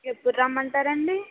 ఎప్పుడు రమ్మంటారండీ